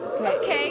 Okay